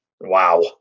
wow